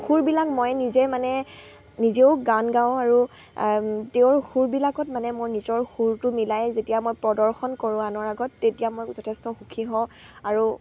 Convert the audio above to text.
সুৰবিলাক মই নিজে মানে নিজেও গান গাওঁ আৰু তেওঁৰ সুৰবিলাকত মানে মোৰ নিজৰ সুৰটো মিলাই যেতিয়া মই প্ৰদৰ্শন কৰোঁ আনৰ আগত তেতিয়া মই যথেষ্ট সুখী হওঁ আৰু